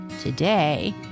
Today